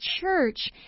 church